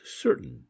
certain